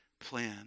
plan